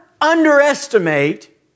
underestimate